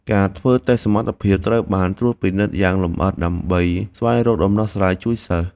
ការធ្វើតេស្តសមត្ថភាពត្រូវបានត្រួតពិនិត្យយ៉ាងលម្អិតដើម្បីស្វែងរកដំណោះស្រាយជួយសិស្ស។